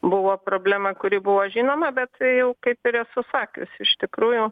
buvo problema kuri buvo žinoma bet jau kaip ir esu sakiusi iš tikrųjų